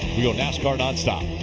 we go nascar nonstop.